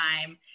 time